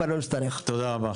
תודה רבה.